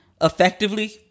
effectively